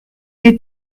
est